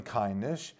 kindness